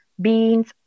beans